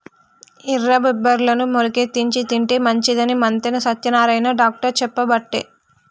ఎర్ర బబ్బెర్లను మొలికెత్తిచ్చి తింటే మంచిదని మంతెన సత్యనారాయణ డాక్టర్ చెప్పబట్టే